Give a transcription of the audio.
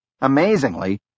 Amazingly